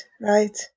right